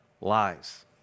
lies